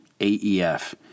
AEF